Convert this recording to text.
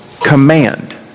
Command